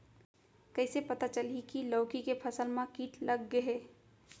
कइसे पता चलही की लौकी के फसल मा किट लग गे हे?